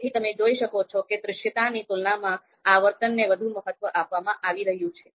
તેથી તમે જોઈ શકો છો કે દૃશ્યતાની તુલનામાં આવર્તનને વધુ મહત્વ આપવામાં આવી રહ્યું છે